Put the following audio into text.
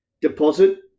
deposit